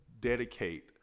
dedicate